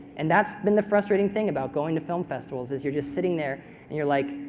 and that's been the frustrating thing about going to film festivals is you're just sitting there and you're like,